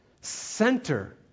center